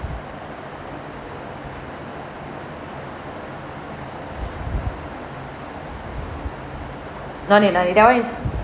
no need no need that one is